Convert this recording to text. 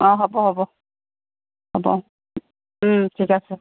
অ হ'ব হ'ব হ'ব ওম ঠিক আছে